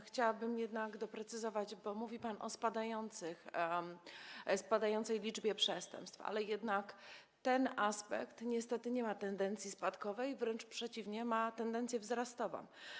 Chciałabym jednak doprecyzować, bo mówi pan o spadającej liczbie przestępstw, ale ten aspekt niestety nie ma tendencji spadkowej, wręcz przeciwnie, ma tendencję wzrostową.